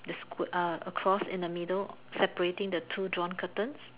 the sq uh across in the middle separating the two drawn curtains